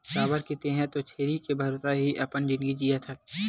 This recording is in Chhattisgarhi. काबर के तेंहा तो छेरी के भरोसा ही अपन जिनगी जियत हस